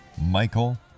Michael